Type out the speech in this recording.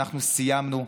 אנחנו סיימנו.